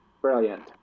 brilliant